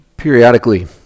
Periodically